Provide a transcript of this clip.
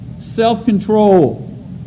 self-control